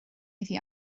iddi